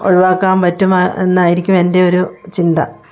ഒഴിവാക്കാൻ പറ്റുമോ എന്നായിരിക്കും എൻ്റെയൊരു ചിന്ത